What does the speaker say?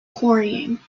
quarrying